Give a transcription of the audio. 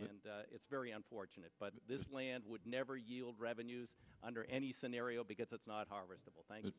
and it's very unfortunate but this land would never yield revenues under any scenario because it's not harvestable